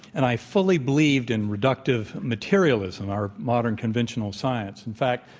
and i fully believed in reductive materialism, our modern conventional science. in fact,